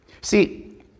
See